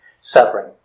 suffering